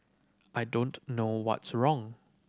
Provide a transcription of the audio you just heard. I don't know what's wrong